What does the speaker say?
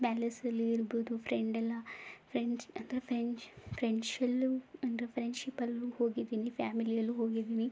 ಪ್ಯಾಲೇಸಲ್ಲೇ ಇರ್ಬೋದು ಫ್ರೆಂಡ್ ಎಲ್ಲ ಫ್ರೆಂಡ್ಸ್ ಅಥ್ವಾ ಫ್ರೆಂಡ್ಶ್ ಫ್ರೆಂಡ್ಶಲ್ಲೂ ಅಂದರೆ ಫ್ರೆಂಡ್ಶಿಪ್ಪಲ್ಲೂ ಹೋಗಿದ್ದೀನಿ ಫ್ಯಾಮಿಲಿಯಲ್ಲೂ ಹೋಗಿದ್ದೀನಿ